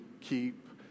keep